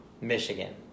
Michigan